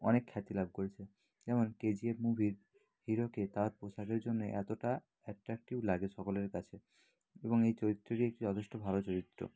অনেক খ্যাতি লাভ করেছে যেমন কে জি এফ মুভির হিরোকে তার পোশাকের জন্যই এতোটা অ্যাট্রাক্টিভ লাগে সকলের কাছে এবং এই চরিত্রটি একটি যথেষ্ট ভালো চরিত্র